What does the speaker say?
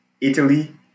Italy